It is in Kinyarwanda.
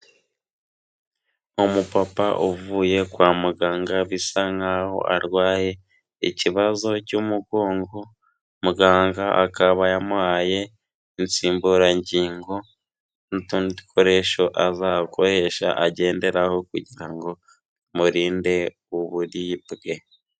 Umupapa uvuye kwa muganga bisa nk'aho arwaye ikibazo cy'umugongo, muganga akaba yamuhaye insimburangingo n'utundi dukoresho azajya akoresha agenderaho kugira ngo bimurinde uburibwe.